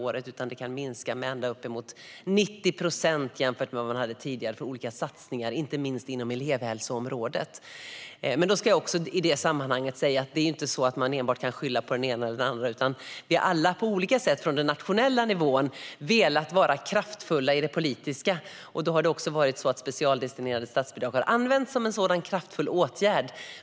Det kan i stället minska med ända uppemot 90 procent jämfört med vad man tidigare hade till olika satsningar, inte minst inom elevhälsoområdet. I det sammanhanget ska jag också säga att man inte enbart kan skylla på den ena eller den andra. Från den nationella nivån har vi alla, på olika sätt, velat vara kraftfulla i det politiska, och specialdestinerade statsbidrag har använts som en sådan kraftfull åtgärd.